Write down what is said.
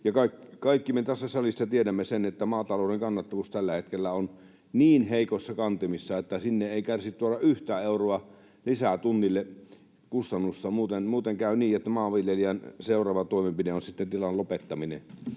Kaikki me tässä salissa tiedämme sen, että maatalouden kannattavuus tällä hetkellä on niin heikoissa kantimissa, että sinne ei kärsi tuoda yhtään euroa lisää tunnille kustannusta, muuten käy niin, että maanviljelijän seuraava toimenpide on sitten tilan lopettaminen.